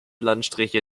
landstriche